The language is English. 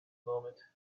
moment